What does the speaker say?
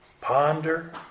ponder